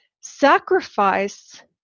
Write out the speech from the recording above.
sacrifice